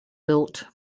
built